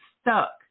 stuck